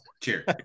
Cheers